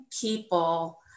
people